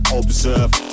observe